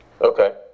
Okay